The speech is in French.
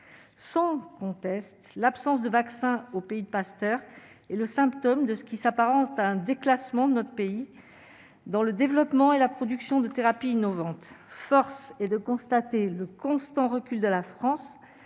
sans conteste l'absence de vaccin au pays de Pasteur et le symptôme de ce qui s'apparente à un déclassement de notre pays dans le développement et la production de thérapies innovantes, force est de constater le constant recul de la France